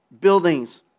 buildings